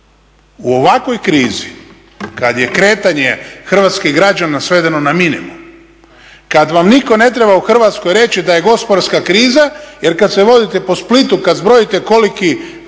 U ovakvoj krizi kad je kretanje hrvatskih građana svedeno na minimum, kad vam nitko ne treba u Hrvatskoj reći da je gospodarska kriza, jer kad se vozite po Splitu kad zbrojite koliki